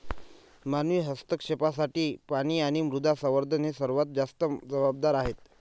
मानवी हस्तक्षेपासाठी पाणी आणि मृदा संवर्धन हे सर्वात जास्त जबाबदार आहेत